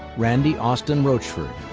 randy austin rochford,